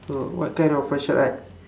oh what kind of martial art